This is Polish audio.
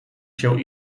się